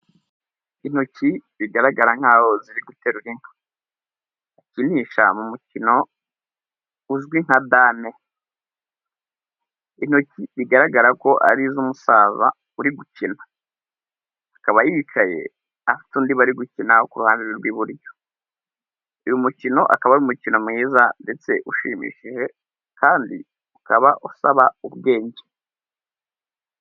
Intoki bigaragara nk'aho ziri guterura inka, zikinishwa mu mukino uzwi nka dame, intoki bigaragara ko ari iz'umusaza uri gukina, akaba yicaye afite undi bari gukina uruhande rw'iburyo, uyu mukino akaba ari umukino mwiza, ndetse ushimishije kandi ukaba usaba ubwenge.